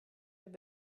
have